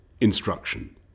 instruction